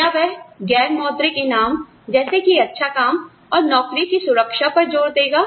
क्या वह गैर मौद्रिक इनाम जैसे कि अच्छा काम और नौकरी की सुरक्षा पर जोर देगा